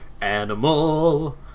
Animal